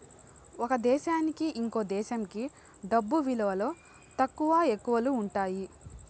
ఒక దేశానికి ఇంకో దేశంకి డబ్బు విలువలో తక్కువ, ఎక్కువలు ఉంటాయి